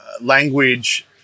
language